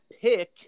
pick